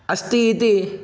अस्ति इति